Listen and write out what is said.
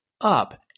up